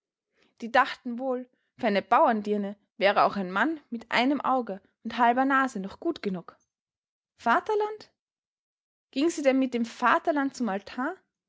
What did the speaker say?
die dachten wohl für eine bauerndirne wäre auch ein mann mit einem auge und halber nase noch gut genug vaterland ging sie denn mit dem vaterland zum altar